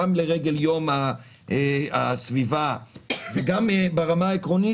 גם לרגל יום הסביבה וגם ברמה העקרונית,